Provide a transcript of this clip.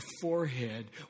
forehead